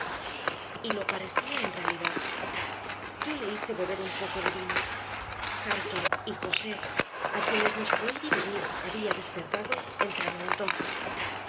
misma y lo parecía en realidad yo le hice beber un poco de vino hareton y josé a quienes nuestro ir y venir había despertado entraron entonces